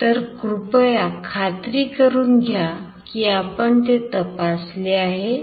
तर कृपया खात्री करुन घ्या की आपण ते तपासले आहे